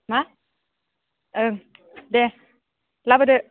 मा ओं दे लाबोदो